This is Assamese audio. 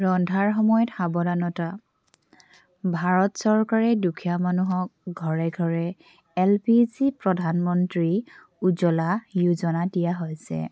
ৰন্ধাৰ সময়ত সাৱধানতা ভাৰত চৰকাৰে দুখীয়া মানুহক ঘৰে ঘৰে L P G Pradhan Mantri Ujjwala Yojana দিয়া হৈছে